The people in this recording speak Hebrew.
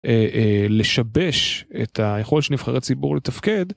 לשבש את היכולת של נבחרי ציבור לתפקד.